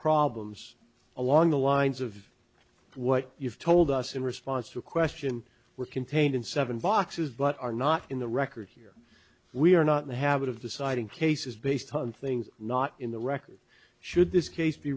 problems along the lines of what you've told us in response to a question were contained in seven boxes but are not in the record here we are not in the habit of the citing cases based on things not in the record should this case